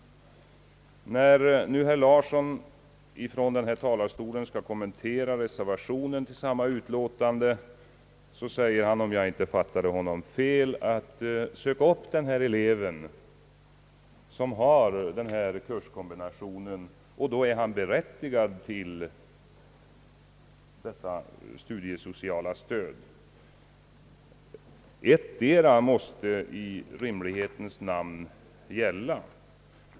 När nu herr Larsson från talarstolen skall kommentera reservationen = till samma utlåtande säger han, om jag inte fattade honom fel, att om man kan söka upp den elev som har denna kurskombination är han berättigad till detta studiesociala stöd. Ettdera måste i rimlighetens namn gälla.